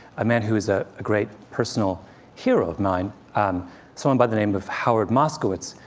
a man who is ah a great personal hero of mine um someone by the name of howard moskowitz,